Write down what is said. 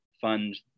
fund